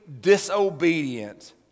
disobedient